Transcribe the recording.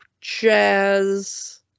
jazz